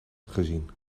gezien